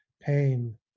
pain